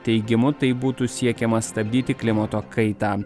teigimu taip būtų siekiama stabdyti klimato kaitą